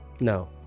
no